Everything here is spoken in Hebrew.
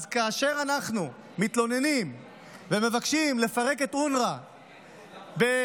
אז כאשר אנחנו מתלוננים ומבקשים לפרק את אונר"א בעזה,